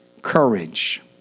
courage